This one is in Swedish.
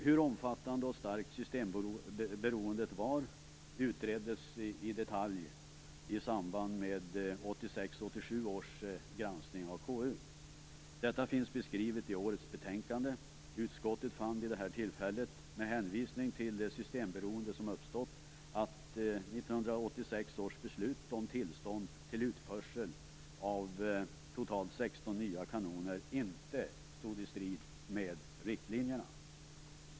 Hur omfattande och starkt systemberoendet var utreddes i detalj i samband med 1986/87 års granskning av KU. Detta finns beskrivet i årets betänkande. Utskottet fann vid detta tillfälle med hänvisning till det systemberoende som uppstått att 1986 års beslut om tillstånd till utförsel av totalt 16 nya kanoner inte stod i strid med riktlinjerna.